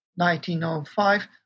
1905